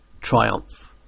Triumph